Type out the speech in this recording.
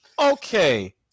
Okay